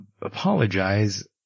apologize